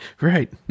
Right